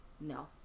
No